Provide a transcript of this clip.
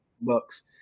bucks